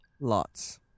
Lots